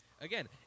Again